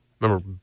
Remember